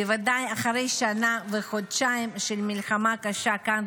בוודאי אחרי שנה וחודשיים של מלחמה קשה כאן,